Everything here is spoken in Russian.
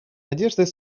надеждой